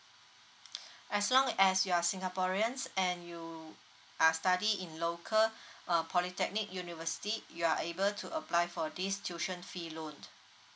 as long as you are singaporeans and you are study in local uh polytechnic university you are able to apply for this tuition fee loan